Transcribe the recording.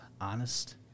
honest